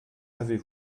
avez